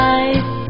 Life